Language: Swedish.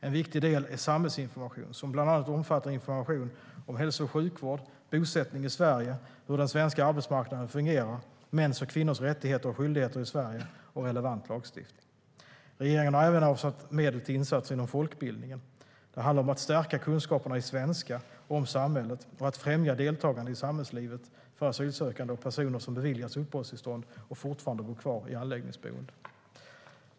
En viktig del är samhällsinformation som bland annat omfattar information om hälso och sjukvård, bosättning i Sverige, hur den svenska arbetsmarknaden fungerar, mäns och kvinnors rättigheter och skyldigheter i Sverige och relevant lagstiftning. Regeringen har även avsatt medel till insatser inom folkbildningen. Det handlar om att stärka kunskaperna i svenska och om samhället och att främja deltagande i samhällslivet för asylsökande och personer som beviljats uppehållstillstånd och fortfarande bor kvar i anläggningsboende.